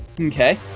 Okay